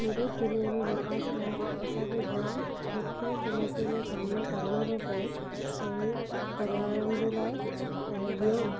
सूरत ज़िले में विकास जे लाइ असांखे जाम मुख्य चुनौतियुनि जो सामिनो करिणो थो पए पहिरियों परयावरण जे लाइ ऐं ॿियों